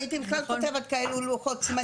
הייתי בכלל כותבת כאלה לוחות זמנים.